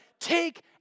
take